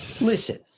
Listen